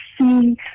see